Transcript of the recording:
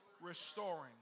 restoring